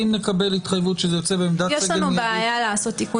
אם נקבל התחייבות שזה יוצא בעמדת --- יש לנו בעיה לעשות תיקון